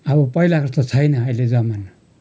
अब पहिलाको जस्तो छैन अहिले जमाना